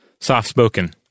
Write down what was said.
Soft-spoken